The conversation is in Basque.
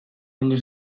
ongi